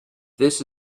this